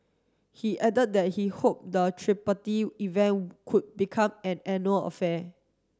he added that he hoped the event could become an annual affair